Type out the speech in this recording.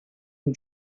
can